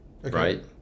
right